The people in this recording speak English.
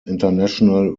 international